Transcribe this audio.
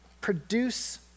produce